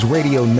Radio